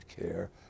care